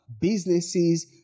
businesses